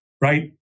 right